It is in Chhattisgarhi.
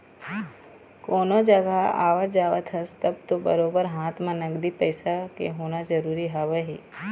कोनो जघा आवत जावत हस तब तो बरोबर हाथ म नगदी पइसा के होना जरुरी हवय ही